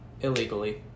illegally